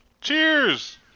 Cheers